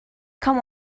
come